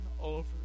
over